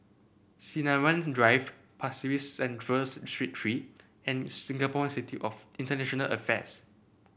Sinaran Drive Pasir Ris Central Street Three and Singapore Institute of International Affairs